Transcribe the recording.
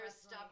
stop